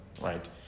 right